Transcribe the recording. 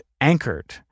anchored